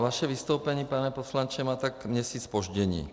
Vaše vystoupení, pane poslanče, má tak měsíc zpoždění.